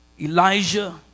Elijah